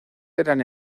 eran